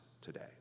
today